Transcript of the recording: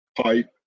pipe